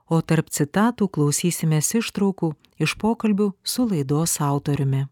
o tarp citatų klausysimės ištraukų iš pokalbių su laidos autoriumi